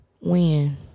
Win